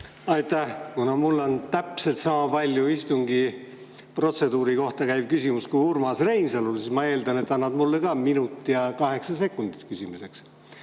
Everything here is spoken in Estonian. Aitäh! Kuna mul on täpselt sama palju istungi protseduuri kohta käiv küsimus kui Urmas Reinsalul, siis ma eeldan, et sa annad mulle ka küsimiseks minuti ja kaheksa sekundit. Küsimus